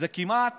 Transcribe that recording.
זה כמעט